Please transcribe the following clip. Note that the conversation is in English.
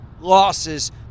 losses